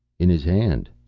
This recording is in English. in his hand.